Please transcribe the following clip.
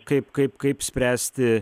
kaip kaip kaip spręsti